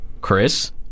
Chris